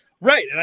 Right